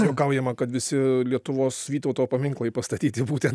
juokaujama kad visi lietuvos vytauto paminklai pastatyti būten